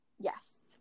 yes